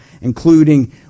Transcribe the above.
including